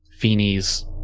Feeney's